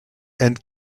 and